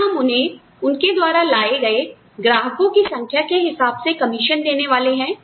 क्या हम उन्हें उनके द्वारा लाए गए ग्राहकों की संख्या के हिसाब से कमीशन देने वाले हैं